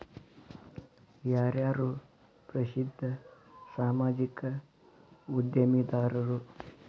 ಯಾರ್ಯಾರು ಪ್ರಸಿದ್ಧ ಸಾಮಾಜಿಕ ಉದ್ಯಮಿದಾರರು